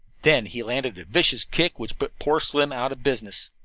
then he landed a vicious kick which put poor slim out of business.